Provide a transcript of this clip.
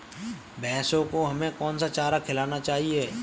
भैंसों को हमें कौन सा चारा खिलाना चाहिए?